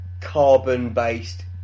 carbon-based